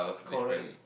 Korea